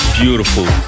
beautiful